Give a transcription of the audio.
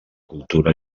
cultura